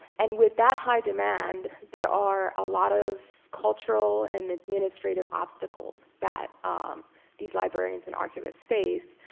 and with that high demand, there are a lot of cultural and administrative obstacles that these librarians and archivists face,